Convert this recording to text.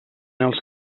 els